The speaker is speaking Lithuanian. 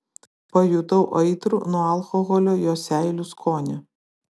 pajutau aitrų nuo alkoholio jo seilių skonį